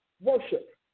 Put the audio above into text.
worship